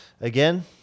again